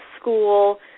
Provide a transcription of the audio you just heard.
school